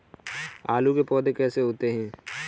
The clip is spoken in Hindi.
आलू के पौधे कैसे होते हैं?